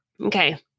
Okay